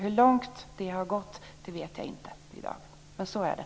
Hur långt det har gått vet jag inte i dag, men så är det.